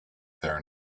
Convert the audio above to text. there